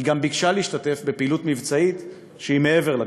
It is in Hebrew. היא גם ביקשה להשתתף בפעילות מבצעית מעבר לגבול,